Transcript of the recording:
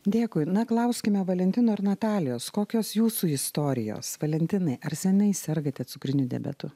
dėkui na klauskime valentino ir natalijos kokios jūsų istorijos valentinai ar seniai sergate cukriniu diabetu